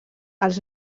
els